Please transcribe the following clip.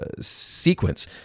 sequence